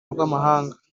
rw’amahanga